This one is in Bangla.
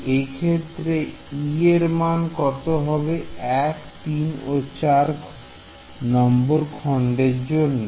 তাই এই ক্ষেত্রে e এর মান কত হবে 1 3 ও 4 নম্বর খন্ডের জন্য